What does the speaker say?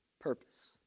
purpose